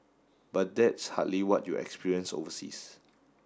but that's hardly what you experience overseas